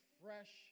fresh